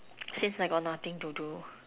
since I got nothing to do